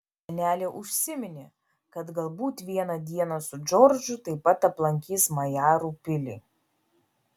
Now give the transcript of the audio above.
senelė užsiminė kad galbūt vieną dieną su džordžu taip pat aplankys majarų pilį